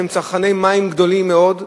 שהן צרכני מים גדולים מאוד.